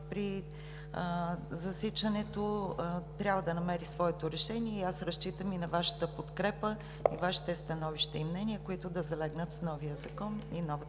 при засичането, трябва да намери своето решение. И аз разчитам на Вашата подкрепа, на Вашите становища и мнения, които да залегнат в новия закон и новата